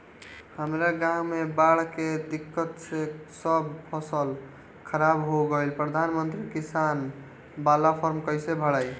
हमरा गांव मे बॉढ़ के दिक्कत से सब फसल खराब हो गईल प्रधानमंत्री किसान बाला फर्म कैसे भड़ाई?